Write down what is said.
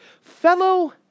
fellow